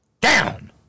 down